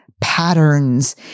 patterns